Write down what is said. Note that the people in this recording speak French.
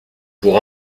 pour